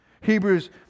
Hebrews